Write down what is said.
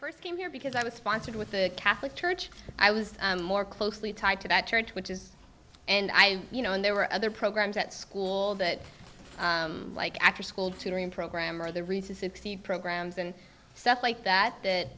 first came here because i was sponsored with the catholic church i was more closely tied to that church which is and i you know and there were other programs at school that like after school tutoring program or the recent sixty programs and stuff like that that